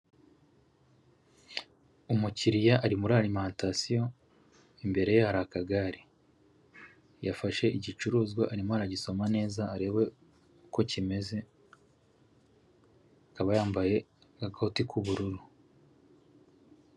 Umukiriya ari muri arimantasiyo, imbere ye hari akagare, yafashe igicuruzwa arimo aragisoma neza arebe uko kimeze, akaba yambaye agakoti k'ubururu.